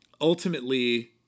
ultimately